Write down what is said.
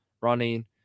running